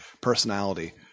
personality